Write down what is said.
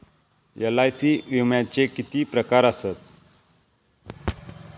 LIC विम्याचे किती प्रकार आसत?